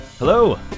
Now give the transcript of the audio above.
hello